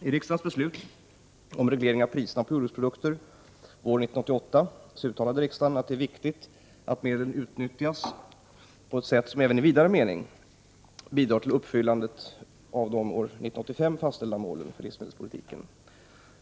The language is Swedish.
I riksdagens beslut om reglering av priserna på jordbruksprodukter våren 1988 uttalade riksdagen att det är viktigt att medlen utnyttjas på ett sätt som även i vidare mening bidrar till uppfyllandet av de år 1985 fastställda målen för livsmedelspolitiken.